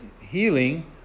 healing